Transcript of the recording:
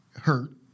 hurt